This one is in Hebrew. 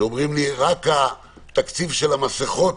שאומרים: רק התקציב של המסכות